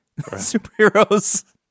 Superheroes